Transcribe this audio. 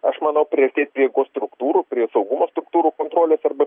aš manau priartėt prie jėgos struktūrų prie saugumo struktūrų kontrolės arba